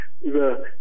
über